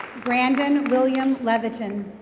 brandon william leviton.